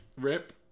Rip